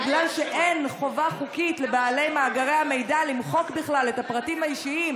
בגלל שאין חובה חוקית לבעלי מאגרי המידע למחוק בכלל את הפרטים האישיים,